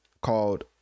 called